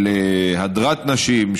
של הדרת נשים,